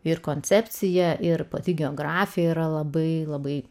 ir koncepcija ir pati geografija yra labai labai